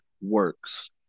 works